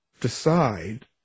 decide